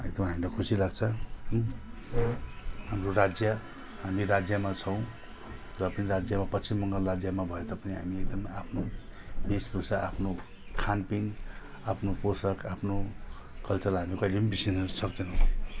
एकदम हामीलाई खुसी लाग्छ हाम्रो राज्य हामी राज्यमा छौँ र पनि राज्यमा पश्चिम बङ्गाल राज्यमा भए तापनि आफ्नो भेषभूषा आफ्नो खानपिन आफ्नो पोसाक आफ्नो कल्चरलाई कहिले बिर्सनु सक्दैनौँ